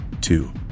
Two